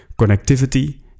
Connectivity